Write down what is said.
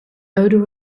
odor